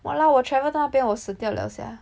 !walao! 我 travel 到那边我死掉了 sia